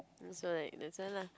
so like that's why lah